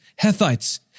Hethites